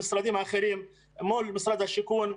המשרדים האחרים: מול משרד השיכון,